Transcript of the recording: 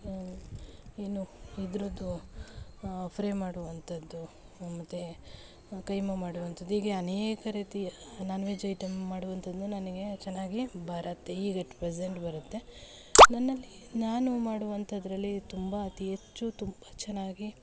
ಇನ್ನು ಇದರದ್ದು ಫ್ರೈ ಮಾಡುವಂಥದ್ದು ಮತ್ತೆ ಕೈಮ ಮಾಡುವಂಥದ್ದು ಹೀಗೆ ಅನೇಕ ರೀತಿಯ ನಾನ್ ವೆಜ್ ಐಟಮ್ ಮಾಡುವಂಥದ್ದನ್ನ ನನಗೆ ಚೆನ್ನಾಗಿ ಬರುತ್ತೆ ಈಗ ಎಷ್ಟು ಪ್ರೆಸಂಟ್ ಬರುತ್ತೆ ನನ್ನಲ್ಲಿ ನಾನು ಮಾಡುವಂಥದ್ರಲ್ಲಿ ತುಂಬ ಅತಿ ಹೆಚ್ಚು ತುಂಬ ಚೆನ್ನಾಗಿ